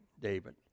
David